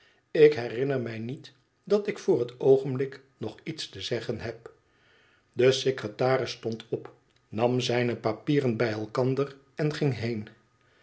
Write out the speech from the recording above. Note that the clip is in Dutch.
ik herinner mij niet dat ik voor het oogenblik nog iets te zeggen heb de secretaris stond op nam zijne papieren bij elkander en ging heen